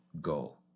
go